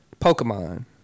Pokemon